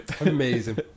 Amazing